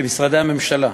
כמשרדי הממשלה,